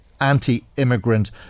anti-immigrant